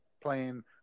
playing